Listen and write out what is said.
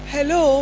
Hello